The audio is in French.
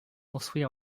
construit